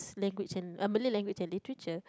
language and uh Malay language and literature